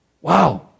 Wow